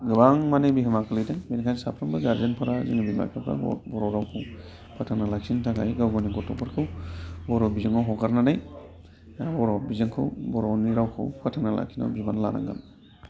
गोबां माने बिहोमा गोलैदों बेनिखायनो साफ्रोमबो गार्जेनफोरा जोंनि बिमा बिफाफोरा बर' रावखौ फोथांना लाखिनो थाखाय गाव गावनि गथ'फोरखौ बर' बिजोङाव हगारनानै बर' बिजोंखौ बर'नि रावखौ फोथांना लाखिनायाव बिबान लानांगोन